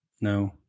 No